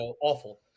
Awful